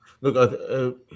Look